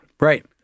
Right